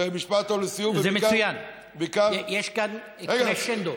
זה משפט טוב לסיום, זה מצוין, יש כאן קרשנדו.